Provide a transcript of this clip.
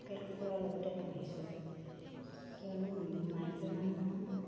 local কুকুৰাৰ লগতে পুহিছোঁ আৰু কিয়নো মাইকী মানুহৰ